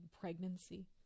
pregnancy